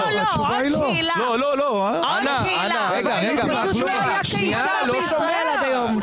פשוט לא היה קיסר בישראל עד היום.